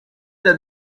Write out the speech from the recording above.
that